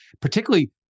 particularly